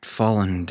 fallen